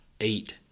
eight